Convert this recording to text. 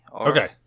okay